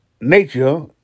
nature